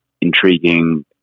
intriguing